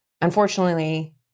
unfortunately